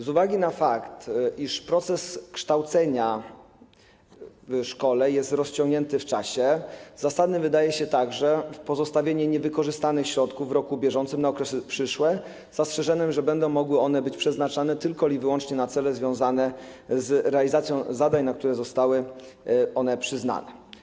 Z uwagi na fakt, iż proces kształcenia w szkole jest rozciągnięty w czasie, zasadne wydaje się także pozostawienie niewykorzystanych w bieżącym roku środków na okresy przyszłe, z zastrzeżeniem, że będą one mogły być przeznaczane tylko i wyłącznie na cele związane z realizacją zadań, na które zostały one przyznane.